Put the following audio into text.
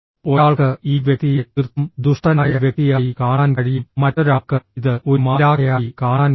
ഒരാൾക്ക് ഈ വ്യക്തിയെ തീർത്തും ദുഷ്ടനായ വ്യക്തിയായി കാണാൻ കഴിയും മറ്റൊരാൾക്ക് ഇത് ഒരു മാലാഖയായി കാണാൻ കഴിയും